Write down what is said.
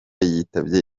yitabye